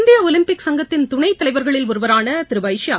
இந்திய ஒலிம்பிக் சங்கத்தின் துணைத் தலைவர்களில் ஒருவரான திரு பைசியா